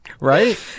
Right